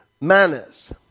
manners